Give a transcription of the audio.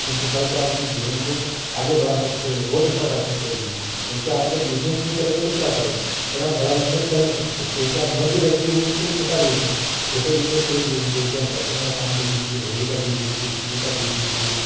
जिनको करके आप अपने जीवन को आगे बढ़ा सकते हो बहुत अच्छा कर सकते हो जीवन में क्योंकि आप अगर बिजनेस नहीं करोगे तो क्या करोगे और आप बड़ा बिजनेस कर नहीं सकते क्योंकि आप मध्यवर्गीय हो इसके लिए छोटा बिजनेस छोटे बिजनेस करें जैसे देख लिया बर्तन का काम देख लीजिए लोहे का देख लीजिए स्टील का देख लीजिए